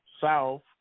south